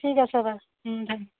ঠিক আছে বাৰু